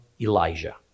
Elijah